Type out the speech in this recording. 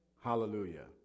Hallelujah